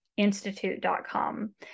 Institute.com